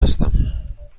هستم